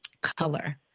color